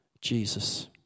Jesus